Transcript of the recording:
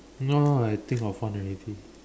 no I think of one already